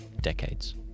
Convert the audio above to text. decades